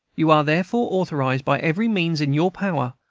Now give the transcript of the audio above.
you are therefore authorized by every means in your power,